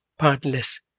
partless